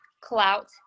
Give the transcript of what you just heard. Clout